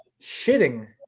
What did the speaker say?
Shitting